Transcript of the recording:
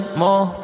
more